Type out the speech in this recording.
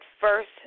first